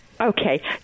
Okay